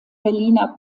berliner